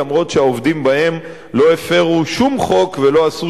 למרות שהעובדים בהם לא הפירו שום חוק ולא עשו